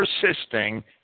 persisting